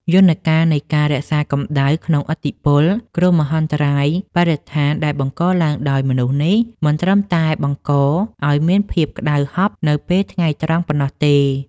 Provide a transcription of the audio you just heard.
យន្តការនៃការរក្សាកម្ដៅក្នុងឥទ្ធិពល គ្រោះមហន្តរាយបរិស្ថានដែលបង្កឡើងដោយមនុស្សនេះ មិនត្រឹមតែបង្កឱ្យមានភាពក្ដៅហប់នៅពេលថ្ងៃត្រង់ប៉ុណ្ណោះទេ។